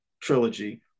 trilogy